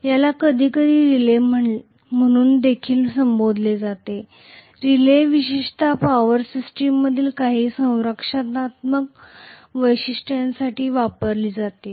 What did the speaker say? याला कधी कधी रिले म्हणून देखील संबोधले जाते रिले विशेषत पॉवर सिस्टममधील काही संरक्षणात्मक वैशिष्ट्यांसाठी वापरली जाते